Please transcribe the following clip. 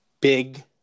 Big